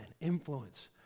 Influence